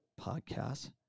podcast